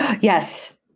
Yes